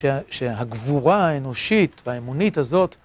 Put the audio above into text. שהגבורה האנושית והאמונית הזאת